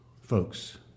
folks